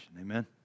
Amen